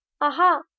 Aha